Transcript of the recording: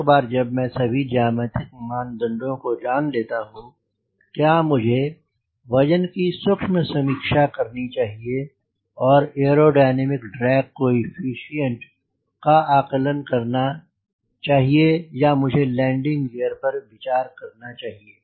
एक बार जब मैं सभी ज्यामितिक मानदंडों को जान लेता हूँ क्या मुझे वजन की सूक्ष्म समीक्षा करनी चाहिए और एयरोडायनामिक ड्रैग कोएफ़िशिएंट का आकलन करना चाहिए या मुझे लैंडिंग गियर पर विचार करना चाहिए